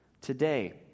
Today